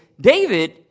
David